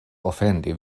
ofendi